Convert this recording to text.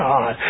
God